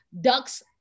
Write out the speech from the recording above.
ducks